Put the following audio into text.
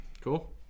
cool